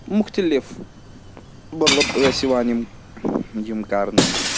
مُختٔلِف مطلب ٲسۍ یِوان یِم یِم کرنہٕ